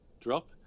drop